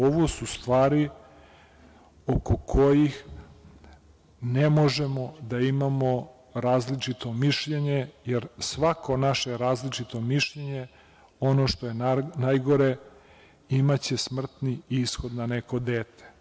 Ovo su stvari oko kojih ne možemo da imamo različito mišljenje, jer svako naše različito mišljenje, ono što je najgore, imaće smrtni ishod na neko dete.